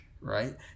right